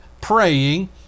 praying